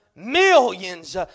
Millions